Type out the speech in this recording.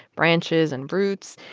branches and roots.